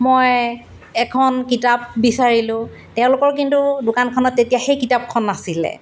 মই এখন কিতাপ বিচাৰিলোঁ তেওঁলোকৰ কিন্তু দোকানখনত তেতিয়া সেই কিতাপখন নাছিলে